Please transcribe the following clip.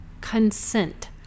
consent